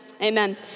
Amen